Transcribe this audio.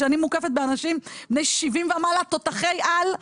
אני מוקפת באנשים בני 70 ומעלה תותחי על,